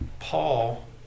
Paul